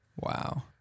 Wow